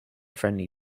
friendly